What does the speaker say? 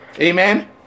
amen